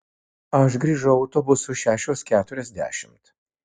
aš grįžau autobusu šešios keturiasdešimt